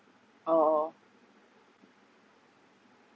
oh